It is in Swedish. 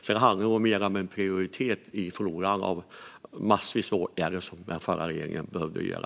Det handlade om att prioritera i de massor av åtgärder som den förra regeringen behövde göra.